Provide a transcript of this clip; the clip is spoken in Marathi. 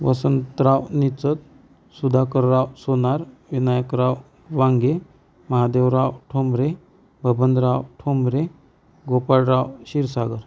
वसंतराव निचग सुधाकरराव सोनार विनायकराव वांगे महादेवराव ठोंबरे बबनराव ठोंबरे गोपाळराव शिरसागर